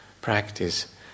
practice